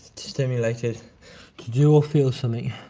stimulated to do or feel something.